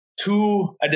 two